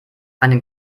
einen